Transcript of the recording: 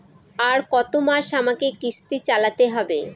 আর কতমাস আমাকে কিস্তি চালাতে হবে?